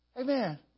Amen